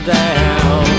down